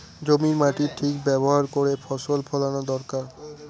জমির মাটির ঠিক ব্যবহার করে ফসল ফলানো দরকার